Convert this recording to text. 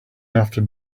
after